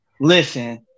Listen